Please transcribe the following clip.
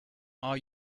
are